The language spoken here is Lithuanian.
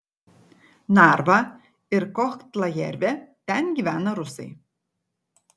narva ir kohtla jervė ten gyvena rusai